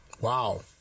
Wow